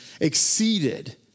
exceeded